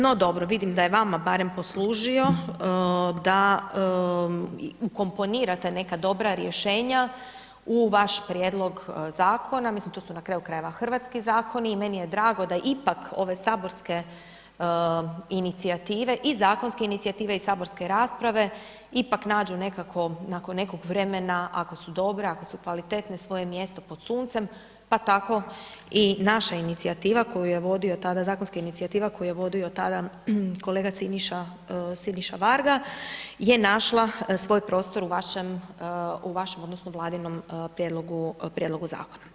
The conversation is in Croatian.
No dobro, vidim da je vama barem poslužio da ukomponirate neka dobra rješenja u vaš prijedlog zakona, mislim to su na kraju krajeva hrvatski zakona i meni je drago da ipak ove saborske inicijative i zakonske inicijative i saborske rasprave ipak nađu nekako, nakon nekog vremena ako su dobre, ako su kvalitetne, svoje mjesto pod suncem, pa tako i naša inicijativa koju je vodio tada, zakonska inicijativa koju je vodio tada kolega Siniša Varga je našla svoj prostor u vašem odnosno vladinom prijedlogu zakona.